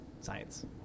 Science